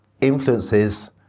influences